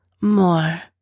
more